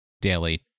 daily